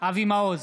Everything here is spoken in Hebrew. אבי מעוז,